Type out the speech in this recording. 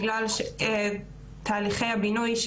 בגלל תהליכי הבינוי,